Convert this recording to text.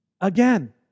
Again